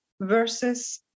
versus